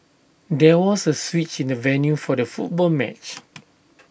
there was A switch in the venue for the football match